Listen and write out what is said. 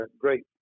great